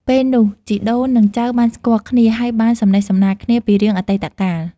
ពេលនោះជីដូននិងចៅបានស្គាល់គ្នា ហើយបានសំណេះសំណាលគ្នាពីរឿងអតីតកាល ។